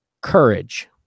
Courage